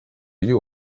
you